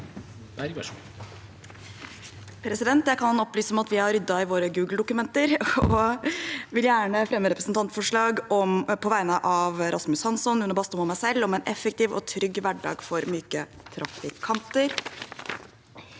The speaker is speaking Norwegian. Jeg kan opplyse om at vi har ryddet i våre Google-dokumenter, og jeg vil gjerne fremme representantforslag på vegne av Rasmus Hansson, Une Bastholm og meg selv om en effektiv og trygg hverdag for myke trafikanter.